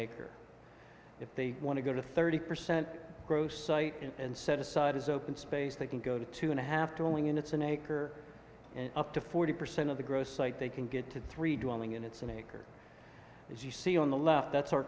acre if they want to go to thirty percent gross site and set aside as open space they can go to two and a half towing units an acre up to forty percent of the gross site they can get to three dwelling and it's an acre as you see on the left that's our